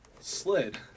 slid